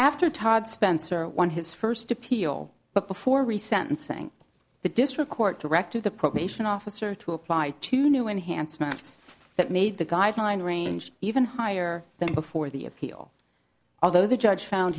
after todd spencer won his first appeal but before re sentencing the district court directed the probation officer to apply to new enhancements that made the guideline range even higher than before the appeal although the judge found